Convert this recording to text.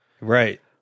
Right